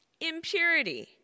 impurity